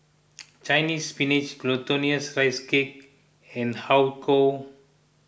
Chinese Spinach Glutinous Rice Cake and Har Kow